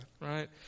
right